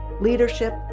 leadership